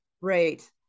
Right